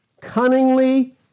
Cunningly